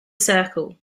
circle